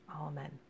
Amen